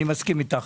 מסכים איתך.